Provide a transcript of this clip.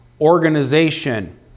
organization